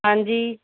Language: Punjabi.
ਹਾਂਜੀ